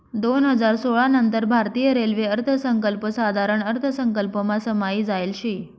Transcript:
दोन हजार सोळा नंतर भारतीय रेल्वे अर्थसंकल्प साधारण अर्थसंकल्पमा समायी जायेल शे